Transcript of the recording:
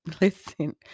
listen